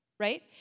right